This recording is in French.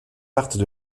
partent